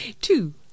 Two